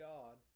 God